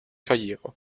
karriere